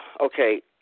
Okay